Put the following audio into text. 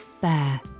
Bear